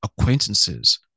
acquaintances